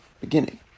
beginning